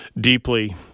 deeply